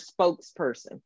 spokesperson